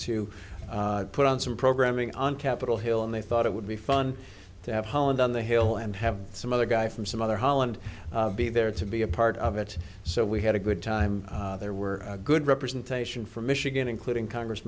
to put on some programming on capitol hill and they thought it would be fun to have hollande on the hill and have some other guy from some other hollande be there to be a part of it so we had a good time there were a good representation from michigan including congress